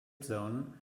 zone